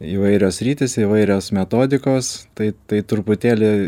įvairios sritys įvairios metodikos tai tai truputėlį